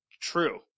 True